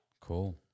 Cool